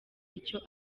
icyo